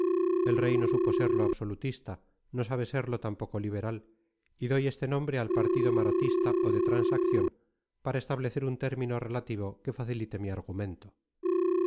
el rey no supo serlo absolutista no sabe serlo tampoco liberal y doy este nombre al partido marotista o de transacción para establecer un término relativo que facilite mi argumento